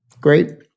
Great